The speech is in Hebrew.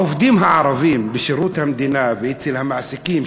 העובדים הערבים בשירות המדינה ואצל המעסיקים,